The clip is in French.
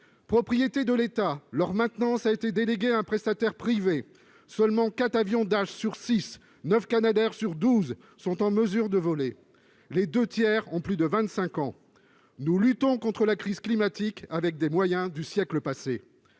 propriétés de l'État, a été déléguée à un prestataire privé. Seulement quatre avions Dash sur six et neuf Canadair sur douze sont en mesure de voler ; les deux tiers ont plus de 25 ans. Nous luttons contre la crise climatique avec des moyens du siècle passé